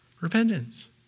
Repentance